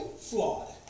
flawed